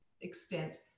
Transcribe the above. extent